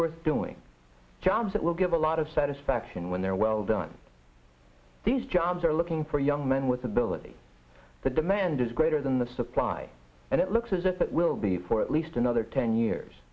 worth doing jobs that will give a lot of satisfaction when they're well done these jobs are looking for young men with ability the demand is greater than the supply and it looks as if it will be for at least another ten years